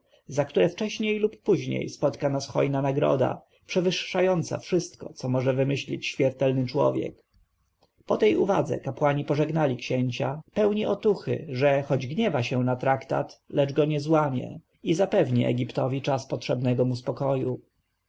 za które wcześniej lub później spotyka nas hojna nagroda przewyższająca wszystko co może wymyślić śmiertelny człowiek po tej uwadze kapłani pożegnali księcia pełni otuchy że choć gniewa się na traktat lecz go nie złamie i zapewni egiptowi czas potrzebnego mu spokoju